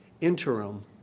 interim